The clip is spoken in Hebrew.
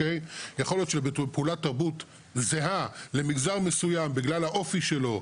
יכול להיות שפעולת תרבות זהה למגזר מסוים בגלל האופי שלו,